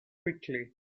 quickly